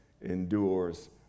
endures